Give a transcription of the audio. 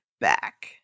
back